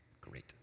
Great